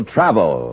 Travel